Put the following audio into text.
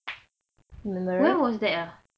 when was that ah